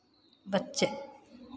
बच्चे